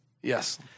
Yes